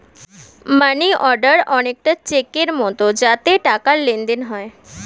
মানি order অনেকটা চেকের মতো যাতে টাকার লেনদেন হয়